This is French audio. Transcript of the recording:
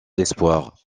espoirs